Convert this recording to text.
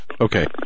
Okay